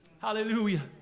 hallelujah